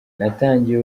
natangiye